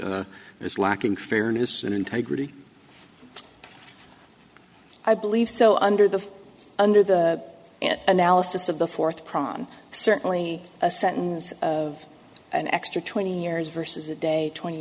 as lacking fairness and integrity i believe so under the under the analysis of the fourth prong certainly a sentence of an extra twenty years versus a day twenty